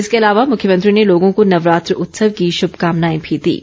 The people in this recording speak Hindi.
इसके अलावा मुख्यमंत्री ने लोगों को नवरात्र उत्सव की शुभकामनाएं भी दीं